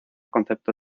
concepto